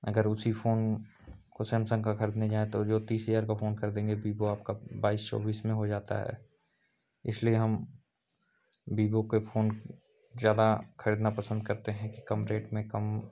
अगर उसी फोन को सेमसंग का खरीदने जाएं तो तीस हजार का फोन खरीदेंगे बिबो आपका बाईस चौबीस में हो जाता है इसलिए हम बिबो के फोन ज़्यादा खरीदना पसंद करते हैं कि कम रेट में कम